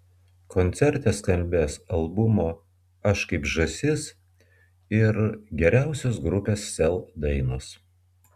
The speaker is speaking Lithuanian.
koncerte skambės albumo aš kaip žąsis ir geriausios grupės sel dainos